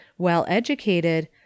well-educated